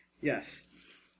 Yes